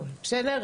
בסדר?